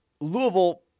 Louisville